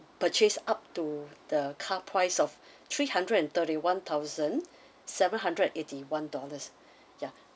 purchase up to the car price of three hundred and thirty-one thousand seven hundred eighty-one dollars yeah